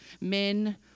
men